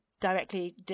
directly